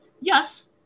Yes